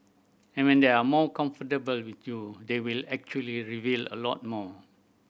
and when they are more comfortable with you they will actually reveal a lot more